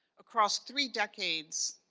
across three decades,